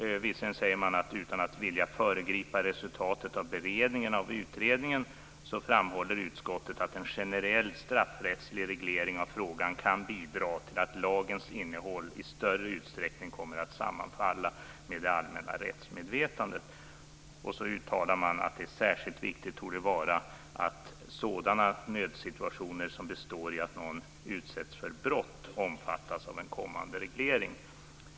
Utskottet säger sig visserligen inte vilja föregripa resultatet av beredningen av utredningen men framhåller ändå att en generell straffrättslig reglering av frågan kan bidra till att lagens innehåll i större utsträckning kommer att sammanfalla med det allmänna rättsmedvetandet. Vidare uttalar man att det torde vara särskilt viktigt att sådana nödsituationer som består i att någon utsätts för brott omfattas av en kommande reglering.